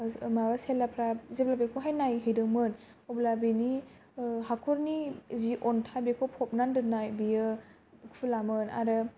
माबा सेलाफोरा जेब्ला बेखौहाय नायहैदोंमोन अब्ला बेनि हाखरनि जि अन्थाइ बेखौ फबनानै दोननाय बेयो खुलामोन आरो बेयो